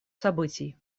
событий